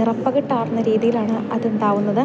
നിറപ്പകിട്ടാർന്ന രീതിയിലാണ് അതുണ്ടാവുന്നത്